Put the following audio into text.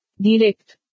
Direct